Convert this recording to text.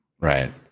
Right